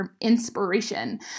inspiration